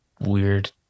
weird